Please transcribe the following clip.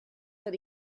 that